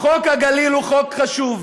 חוק הגליל הוא חוק חשוב.